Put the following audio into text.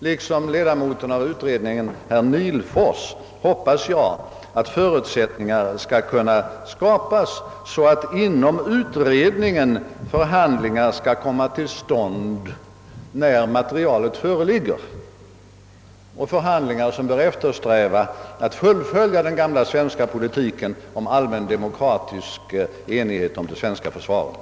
Liksom ledamoten av utredningen herr Nihlfors hoppas jag att förutsättningar skall kunna skapas, så att inom utredningen förhandlingar skall komma till stånd, när materialet föreligger, varvid man bör eftersträva att fullfölja den gamla svenska' politiken om allmän demokratisk enighet om det svenska försvaret.